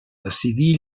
decidir